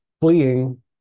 fleeing